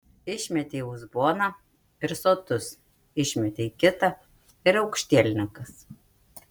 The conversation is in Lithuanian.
išmetei uzboną ir sotus išmetei kitą ir aukštielninkas